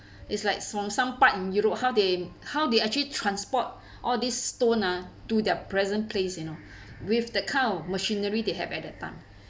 it's like some some part in europe how they how they actually transport all these stone ah to their present place you know with that kind of machinery they have at that time